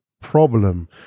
problem